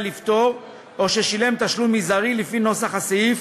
לפטור או ששילם תשלום מזערי לפי נוסח הסעיף